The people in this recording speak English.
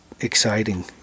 exciting